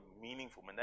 meaningful